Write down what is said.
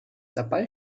dabei